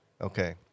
Okay